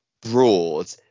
broad